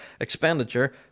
expenditure